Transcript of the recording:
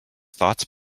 thoughts